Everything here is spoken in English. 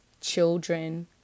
children